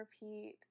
repeat